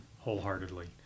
wholeheartedly